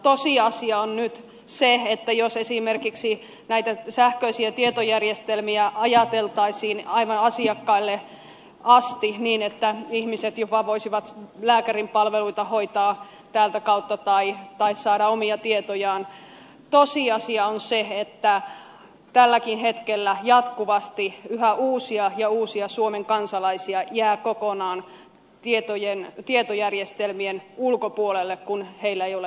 tosiasia on nyt se että jos esimerkiksi näitä sähköisiä tietojärjestelmiä ajateltaisiin aivan asiakkaille asti niin että ihmiset jopa voisivat lääkärin palveluita hoitaa tätä kautta tai saada omia tietojaan tälläkin hetkellä jatkuvasti yhä uusia ja uusia suomen kansalaisia jää kokonaan tietojärjestelmien ulkopuolelle kun heillä ei ole laajakaistayhteyttä